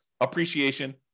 appreciation